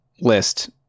list